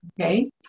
okay